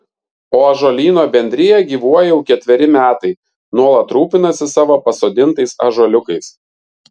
o ąžuolyno bendrija gyvuoja jau ketveri metai nuolat rūpinasi savo pasodintais ąžuoliukais